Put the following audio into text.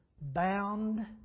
bound